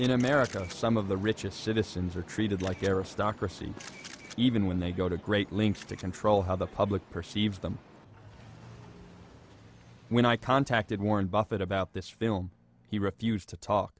in america some of the richest citizens are treated like aristocracy even when they go to great lengths to control how the public perceives them when i contacted warren buffet about this film he refused to talk